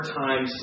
time